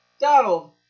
Donald